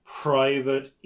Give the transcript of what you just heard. private